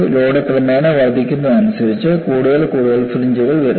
load ക്രമേണ വർദ്ധിക്കുന്നതിനനുസരിച്ച് കൂടുതൽ കൂടുതൽ ഫ്രിഞ്ച്കൾ വരുന്നു